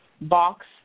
box